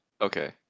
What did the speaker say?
Okay